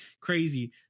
crazy